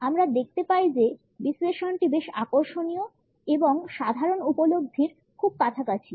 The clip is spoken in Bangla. আমরা দেখতে পাই যে বিশ্লেষণটি বেশ আকর্ষণীয় এবং আমাদের সাধারণ উপলব্ধির খুব কাছাকাছি